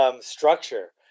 structure